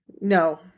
No